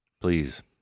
Please